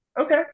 Okay